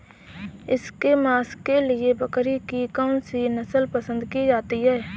इसके मांस के लिए बकरी की कौन सी नस्ल पसंद की जाती है?